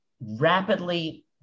rapidly